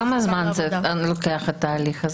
כמה זמן לוקח התהליך הזה?